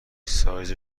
سایز